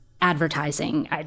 Advertising